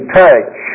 touch